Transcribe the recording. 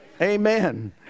Amen